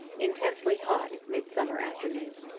intensely hot, midsummer afternoon.